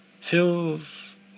feels